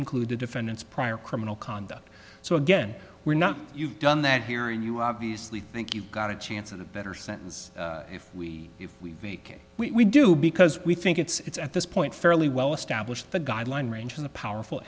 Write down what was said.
include the defendant's prior criminal conduct so again we're not you've done that here you obviously think you've got a chance at a better sentence if we if we vacate we do because we think it's at this point fairly well established the guideline range of the powerful